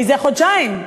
זה חודשיים,